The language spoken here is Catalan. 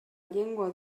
llengua